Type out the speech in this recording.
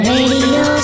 Radio